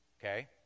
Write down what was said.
Okay